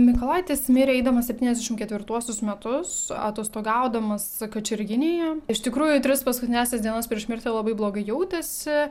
mykolaitis mirė eidamas septyniasdešimt ketvirtuosius metus atostogaudamas kačerginėje iš tikrųjų tris paskutiniąsias dienas prieš mirtį labai blogai jautėsi